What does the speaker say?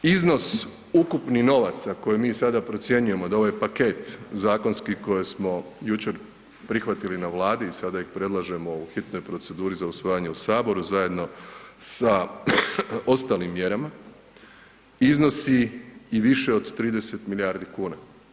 Iznos ukupni novaca koje mi sada procjenjujemo da ovaj paket zakonski koji smo jučer prihvatili na Vladi i sada ih predlažemo u hitnoj proceduri za usvajanje u saboru zajedno sa ostalim mjerama, iznosi i više od 30 milijardi kuna.